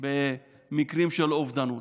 מאוד באחוזי האובדנות.